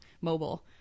mobile